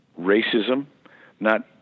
racism—not